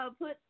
put